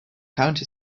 county